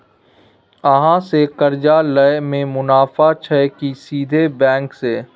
अहाँ से कर्जा लय में मुनाफा छै की सीधे बैंक से?